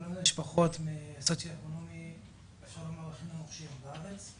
במצב הסוציו-אקונומי הנמוך ביותר בארץ.